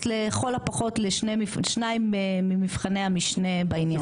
לכל הפחות לשניים ממבחני המשנה בעניין.